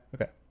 Okay